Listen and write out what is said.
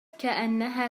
كأنها